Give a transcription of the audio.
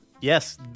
Yes